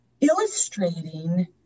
illustrating